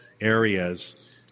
areas